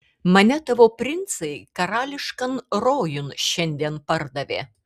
mane tavo princai karališkan rojun šiandien pardavė